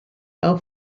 auch